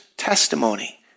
testimony